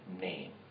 name